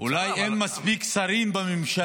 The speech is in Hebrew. אולי אין מספיק שרים בממשלה הזאת.